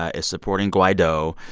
ah is supporting guaido.